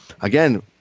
again